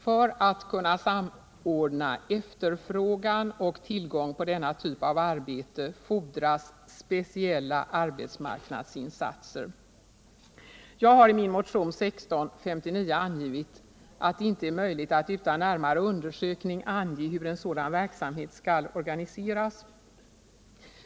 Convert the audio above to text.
För att kunna samordna efterfrågan och tillgång på denna typ av arbete fordras speciella arbetsmarknadsinsatser. Jag har i min motion 1659 angivit att det inte är möjligt att utan närmare undersökning ange hur en sådan verksamhet skall organiseras.